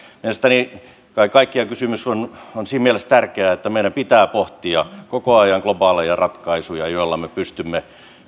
mielestäni kaiken kaikkiaan kysymys on on siinä mielessä tärkeä että meidän pitää pohtia koko ajan globaaleja ratkaisuja joilla me pystymme